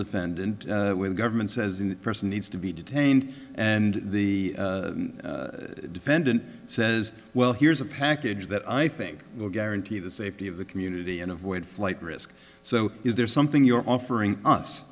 defendant the government says a person needs to be detained and the defendant says well here's a package that i think will guarantee the safety of the community and avoid flight risk so is there something you're offering us